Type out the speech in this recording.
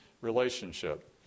relationship